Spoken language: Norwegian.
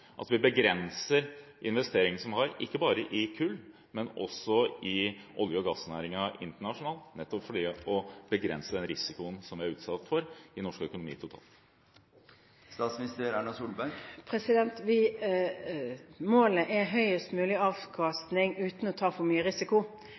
at vi begrenser investeringene, ikke bare i kullnæringen, men også i olje- og gassnæringen internasjonalt, nettopp for å begrense den risikoen som vi er utsatt for i norsk økonomi, totalt?